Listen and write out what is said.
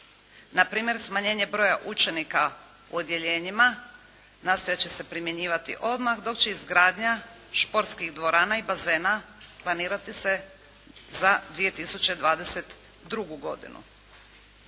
Npr. smanjenje broja učenika u odjeljenjima nastojat će se primjenjivati odmah, dok će izgradnja športskih dvorana i bazena planirati se za 2022. godinu.